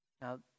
Now